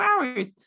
hours